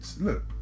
look